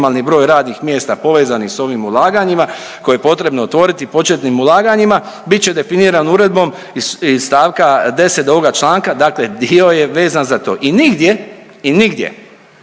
broj radnih mjesta povezanih s ovim ulaganjima koje je potrebno otvoriti, početnim ulaganjima bit će definiran uredbom iz stavka 10. ovoga članka dakle dio je vezan za to. I nigdje i nigdje